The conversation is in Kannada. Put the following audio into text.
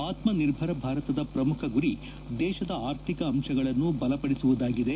ಆತ್ಮ ನಿರ್ಭರ ಭಾರತದ ಪ್ರಮುಖ ಗುರಿ ದೇಶದ ಆರ್ಥಿಕ ಅಂಶಗಳನ್ನು ಬಲಪಡಿಸುವುದಾಗಿದೆ